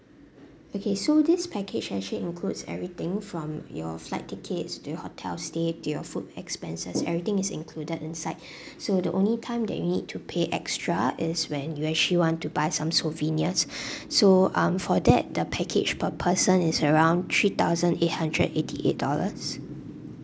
okay so this package actually includes everything from your flight tickets to your hotel stay to your food expenses everything is included inside so the only time that you need to pay extra is when you actually want to buy some souvenirs so um for that the package per person is around three thousand eight hundred eighty eight dollars